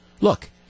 look